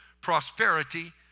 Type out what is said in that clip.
prosperity